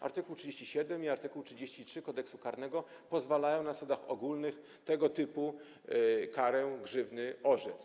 Art. 37 i art. 33 Kodeksu karnego pozwalają na zasadach ogólnych tego typu karę grzywny orzec.